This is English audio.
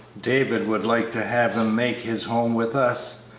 david would like to have him make his home with us,